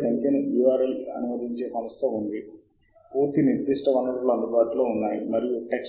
spinning లేదా rapid solidification metallurgical మరియు materials engineering పరిశోధనలో బాగా స్థిరపడిన ప్రాంతం మీకు పెద్ద సంఖ్యలో హిట్స్ ఉన్నాయి అవి 18000 హిట్స్